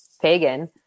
Pagan